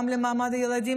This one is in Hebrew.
גם על מעמד הילדים,